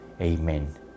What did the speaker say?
Amen